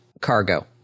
cargo